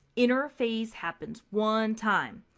interphase happens one time.